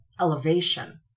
elevation